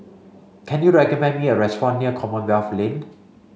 can you recommend me a restaurant near Commonwealth Lane